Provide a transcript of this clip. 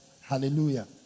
Hallelujah